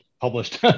published